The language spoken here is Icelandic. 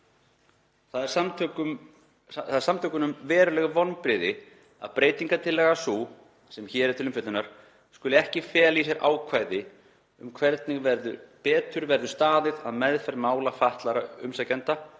Það eru samtökunum veruleg vonbrigði að breytingartillaga sú sem hér er til umfjöllunar skuli ekki fela í sér ákvæði um hvernig betur verði staðið að meðferð mála fatlaðra umsækjenda